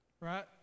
Right